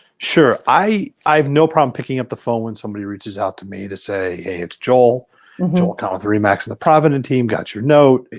sure. i i have no problem picking up the phone when somebody reaches out to me to say hey, it's joel joel kahn with re max, the provident team. got your note.